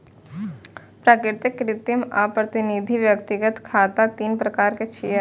प्राकृतिक, कृत्रिम आ प्रतिनिधि व्यक्तिगत खाता तीन प्रकार छियै